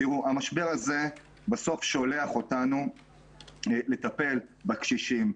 המשבר הזה בסוף שולח אותנו לטפל בקשישים,